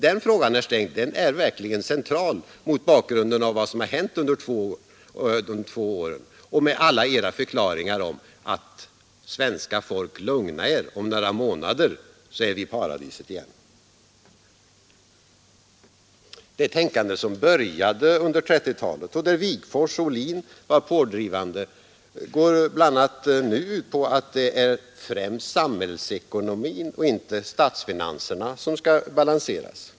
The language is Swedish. Den frågan, herr Sträng, är verkligen central mot bakgrunden av vad som verkligen har hänt under de två åren och alla era förklaringar om att svenska folket kan känna sig lugnt — om några månader är vi i paradiset igen. Det tänkande som började under 1930-talet — och där Wigforss och Ohlin var pådrivande — går bl.a. ut på att det främst är samhällsekonomin och inte statsfinanserna som skall balanseras.